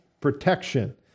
protection